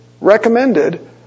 recommended